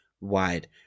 wide